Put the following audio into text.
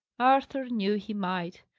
arthur knew he might.